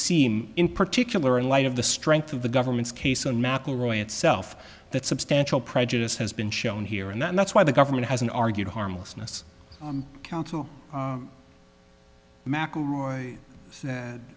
seem in particular in light of the strength of the government's case and mcelroy itself that substantial prejudice has been shown here and that's why the government has an argued harmlessness counsel mcelroy